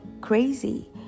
crazy